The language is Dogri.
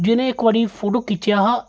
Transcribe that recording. जिनें इक बारी फोटो खिच्चेआ हा